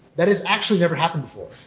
that has actually never happened before,